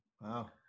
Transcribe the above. Wow